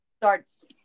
starts